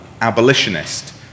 abolitionist